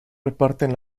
reparten